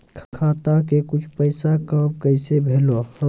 खाता के कुछ पैसा काम कैसा भेलौ?